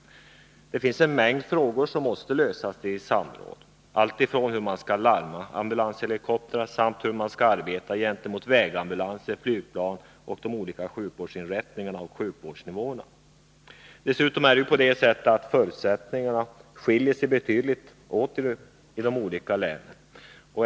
Det finns en mängd frågor som måste lösas i samråd, alltifrån hur man skall larma ambulanshelikoptrar till hur man skall arbeta då det gäller vägambulanser, flygplan och de olika sjukvårdsinrättningarna och sjukvårdsnivåerna. Dessutom skiljer sig ju förutsättningarna betydligt i de olika länen.